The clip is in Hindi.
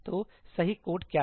तो सही कोड क्या है